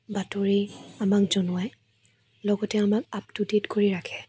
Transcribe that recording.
বাতৰি আমাক জনোৱাই লগতে আমাক আপ টু ডেট কৰি ৰাখে